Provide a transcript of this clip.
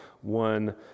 one